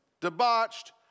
debauched